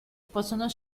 possono